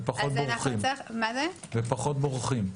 הם פחות בורחים.